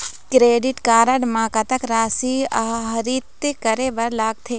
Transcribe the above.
Credit card म कतक राशि आहरित करे बर लगथे?